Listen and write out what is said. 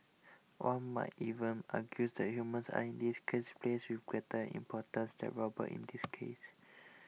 one might even argue that humans are in this case placed with greater importance robots in this case